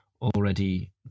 already